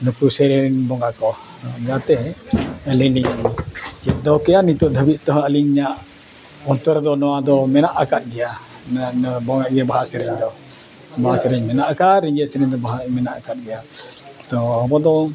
ᱱᱩᱠᱩ ᱥᱮᱨᱮᱧ ᱨᱮᱱ ᱵᱚᱸᱜᱟ ᱠᱚ ᱡᱟᱛᱮ ᱟᱹᱞᱤᱧ ᱞᱤᱧ ᱪᱮᱫ ᱫᱚᱦᱚ ᱠᱮᱜᱼᱟ ᱱᱤᱛᱳᱜ ᱫᱷᱟᱹᱵᱤᱡ ᱛᱮᱦᱚᱸ ᱟᱹᱞᱤᱧᱟᱜ ᱚᱱᱛᱚᱨ ᱨᱮᱫᱚ ᱱᱚᱣᱟ ᱫᱚ ᱢᱮᱱᱟᱜ ᱟᱠᱟᱫ ᱜᱮᱭᱟ ᱵᱟᱦᱟ ᱥᱮᱨᱮᱧ ᱫᱚ ᱵᱟᱦᱟ ᱥᱮᱨᱮᱧ ᱢᱮᱱᱟᱜ ᱟᱠᱟᱜᱼᱟ ᱨᱤᱸᱡᱷᱟᱹ ᱥᱮᱨᱮᱧ ᱫᱚ ᱵᱟᱦᱟ ᱢᱮᱱᱟᱜ ᱟᱠᱟᱫ ᱜᱮᱭᱟ ᱛᱚ ᱟᱵᱚ ᱫᱚ